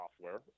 software